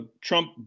Trump